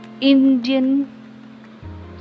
Indian